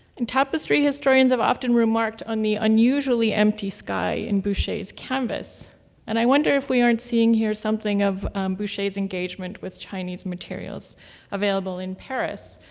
and tapestry historians have often remarked on the unusually empty sky in boucher's canvas and i wonder if we aren't seeing here something of boucher's engagement with chinese materials available in paris.